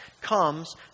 comes